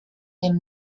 dem